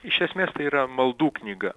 iš esmės tai yra maldų knyga